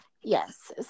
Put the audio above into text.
Yes